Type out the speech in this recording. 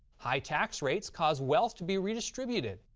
high tax rates cause wealth to be redistributed,